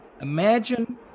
Imagine